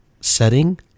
setting